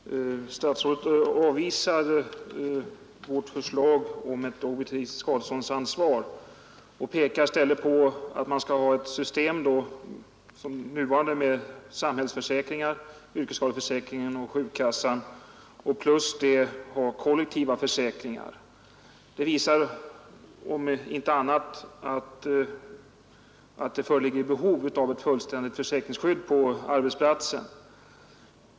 Herr talman! Herr statsrådet avvisar vårt förslag om ett objektivt skadeståndsansvar och menar att man i stället skall ha ett system som det nuvarande med samhällsförsäkringar, yrkesskadeförsäkringar, sjukkassa och — ovanpå detta — kollektiva försäkringar. Detta visar om inte annat att det föreligger ett behov av ett fullständigt försäkringsskydd på arbetsplatsen.